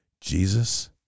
Jesus